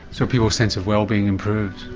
so people's sense of wellbeing improved?